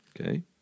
Okay